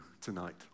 tonight